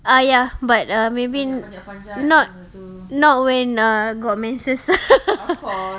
uh ya but uh maybe not not when uh got menses